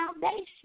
foundation